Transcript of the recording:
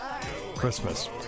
Christmas